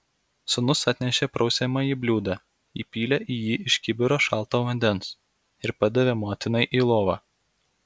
sūnus atnešė prausiamąjį bliūdą įpylė į jį iš kibiro šalto vandens ir padavė motinai į lovą